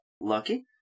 Lucky